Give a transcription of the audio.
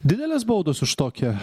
didelės baudos už tokią